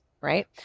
right